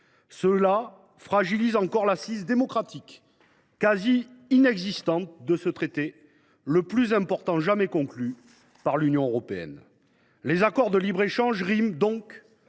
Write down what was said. Cela fragilise encore l’assise démocratique, déjà quasi inexistante, de ce traité, le plus important jamais conclu par l’Union européenne. Les accords de libre échange riment donc